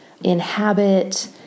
inhabit